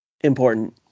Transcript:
important